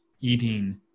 eating